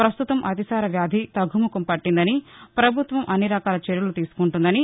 పస్తుతం అతిసార వ్యాధి తగ్గుముఖం పట్లిందని పభుత్వం అన్ని రకాల చర్యలు తీసుకుందని